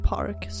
Park